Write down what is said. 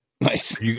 Nice